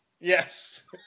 Yes